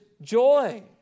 joy